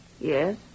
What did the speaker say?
Yes